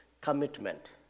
commitment